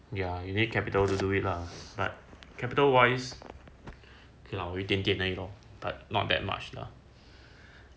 ya you need capital to do it lah but capital wise okay lah 我一点点而已 lor but not that much lah